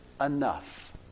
enough